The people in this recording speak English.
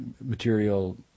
material